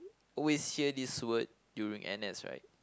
always hear this word during n_s right